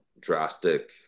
drastic